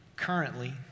Currently